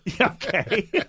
Okay